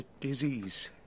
Disease